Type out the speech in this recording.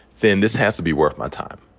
then this has to be worth my time.